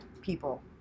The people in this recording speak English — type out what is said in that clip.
people